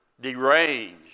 deranged